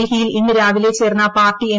ഡൽഹിയിൽ ഇന്ന് രാവിലെ ചേർന്ന പാർട്ടി എം